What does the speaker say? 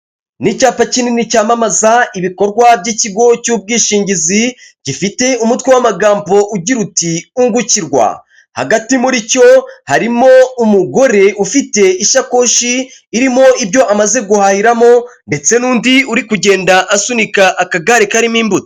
N'icyapa kinini cyamamaza ibikorwa by'ikigo cy'ubwishingizi gifite umutwe w'amagambo ugira uti ungukirwa. Hagati muri cyo harimo umugore ufite ishakoshi irimo ibyo amaze guhahiramo, ndetse n'undi uri kugenda asunika akagare karimo imbuto.